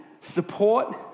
support